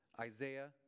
Isaiah